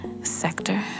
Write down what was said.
Sector